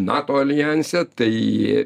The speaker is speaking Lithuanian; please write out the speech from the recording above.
nato aljanse tai